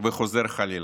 וחוזר חלילה.